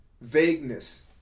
vagueness